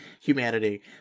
humanity